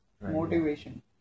motivation